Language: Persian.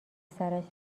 سرش